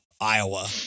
Iowa